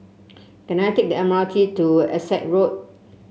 can I take the M R T to Essex Road